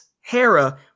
Hera